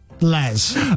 Les